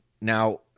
Now